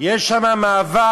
יש שם מאבק